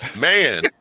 Man